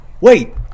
Wait